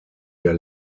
der